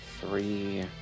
Three